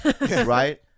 right